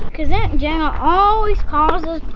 cause aunt jenna always causes